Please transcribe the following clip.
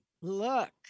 look